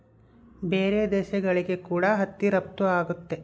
ಬೇರೆ ದೇಶಗಳಿಗೆ ಕೂಡ ಹತ್ತಿ ರಫ್ತು ಆಗುತ್ತೆ